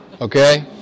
Okay